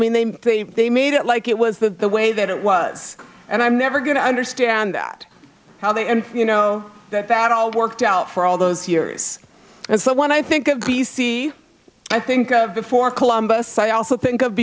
mean they they they made it like it was the way that it was and i'm never going to understand that how they and you know that that all worked out for all those years and so when i think of b c i think of before columbus i also think of